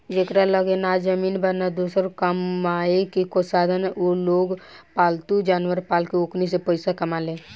जेकरा लगे ना जमीन बा, ना दोसर कामायेके साधन उलोग पालतू जानवर पाल के ओकनी से पईसा कमाले